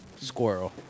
squirrel